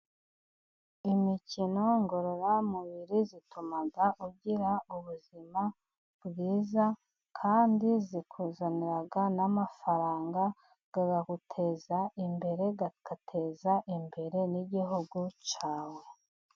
Imikino ngororamubiri ituma ugira ubuzima bwiza, kandi ikuzanira n'amafaranga akaguteza imbere, agateza imbere n'igihugu cyawe.